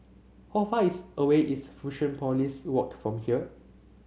how far is away is Fusionopolis Walk from here